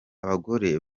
abagore